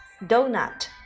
Donut